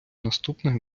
наступних